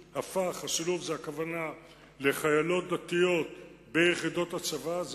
ההכוונה של חיילות דתיות ביחידות הצבא.